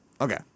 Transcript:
Okay